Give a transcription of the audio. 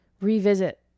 revisit